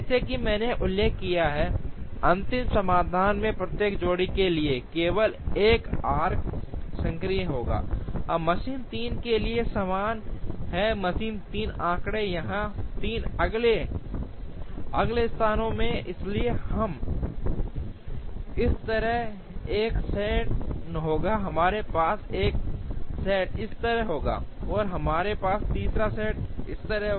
जैसा कि मैंने उल्लेख किया है अंतिम समाधान में प्रत्येक जोड़ी के लिए केवल एक आर्क्स सक्रिय होगा अब मशीन 3 के लिए समान हैं मशीन 3 आंकड़े यहां 3 अलग अलग स्थानों में हैं इसलिए हम इस तरह एक सेट होगा हमारे पास एक सेट इस तरह होगा और हमारे पास तीसरा सेट होगा इस तरह